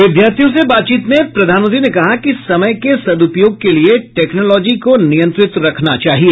विद्यार्थियों से बातचीत में प्रधानमंत्री ने कहा कि समय के सद्रपयोग के लिए टैक्नोलोजी को नियंत्रित रखना चाहिए